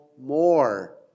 more